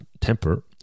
temper